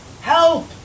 Help